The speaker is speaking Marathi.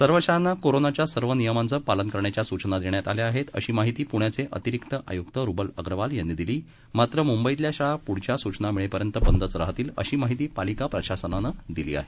सर्व शाळांना कोरोनाच्या सर्व नियमांचं पालन करण्याच्या सुचना देण्यात आल्या आहेत अशी माहिती पुण्याचे अतिरिक्त आयुक्त रुबल अग्रवाल यांनी दिली मात्र मुंबईतल्या शाळा पुढील सुचना मिळेपर्यंत बंदच राहतील अशी माहिती पालिका प्रशासनानं दिली आहे